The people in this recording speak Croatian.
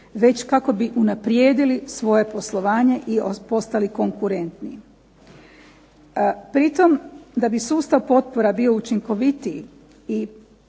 već kako bi unaprijedili svoje poslovanje i postali konkurentni. Pritom da bi sustav potpora bio učinkovitiji i